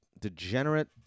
degenerate